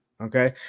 Okay